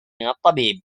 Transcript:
الطبيب